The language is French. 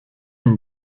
une